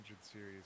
series